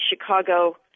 Chicago